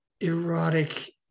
erotic